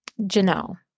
Janelle